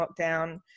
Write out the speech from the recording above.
lockdown